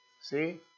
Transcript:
See